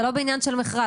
אתה לא בעניין של מכרז.